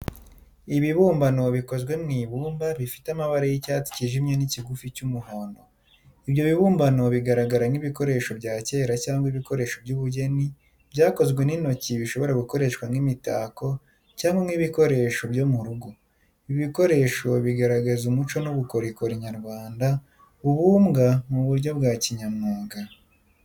Ibibumbano bikozwe mu ibumba, bifite amabara y'icyatsi cyijimye n'ikigufi cy'umuhondo. Ibyo bibumbano bigaragara nk'ibikoresho bya kera cyangwa ibikoresho by'ubugeni byakozwe n'intoki bishobora gukoreshwa nk'imitako cyangwa nk'ibikoresho byo mu rugo. Ibi bikoresho bigaragaza umuco n'ubukorikori nyarwanda bubumbwa mu buryo bwa kinyamwuga.